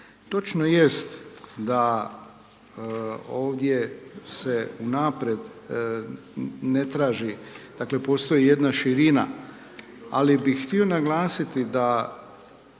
točno jest da ovdje se unaprijed ne traži, dakle postoji jedna širina, ali bih htio naglasiti da